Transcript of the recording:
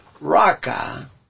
Raka